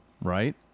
right